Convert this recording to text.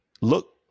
look